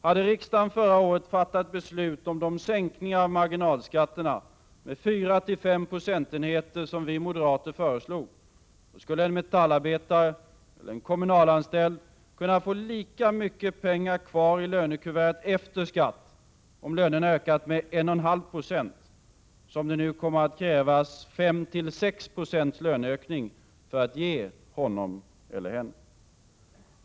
Hade riksdagen förra året fattat beslut om de sänkningar av marginalskatterna med 4—5 procentenheter som vi moderater föreslog, skulle en metallarbetare eller en kommunalanställd ha kunnat få lika mycket pengar kvar i lönekuvertet efter skatt om lönerna ökat 1,5 96, som det nu kommer att krävas 5—6 96 löneökning för att ge honom eller henne.